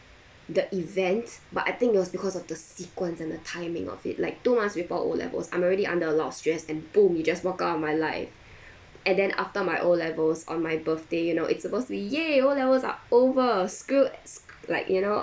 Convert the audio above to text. the event but I think it was because of the sequence and the timing of it like two months before O levels I'm already under a lot of stress and boom he just walk out of my life and then after my O levels on my birthday you know it's supposed to be !yay! O levels are over school like you know